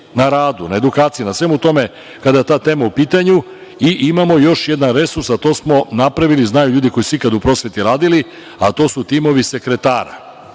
na radu, na edukaciji, na svemu tome kada je ta tema u pitanju. Imamo još jedan resurs, a to smo napravili, znaju ljudi koji su ikada u prosveti radili, a to su timovi sekretara.